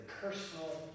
personal